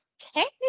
technically